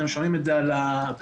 אתם שומעים את זה על הביצים.